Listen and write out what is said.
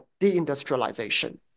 deindustrialization